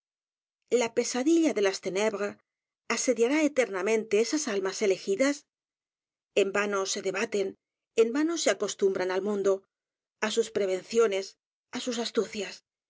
la pesadilla de las ténbres asediará eternamente esas almas elegidas en vano se debaten en vano se acostumbran al mundo á sus prevenciones á sus astucias